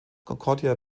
concordia